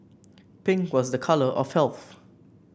pink was a colour of health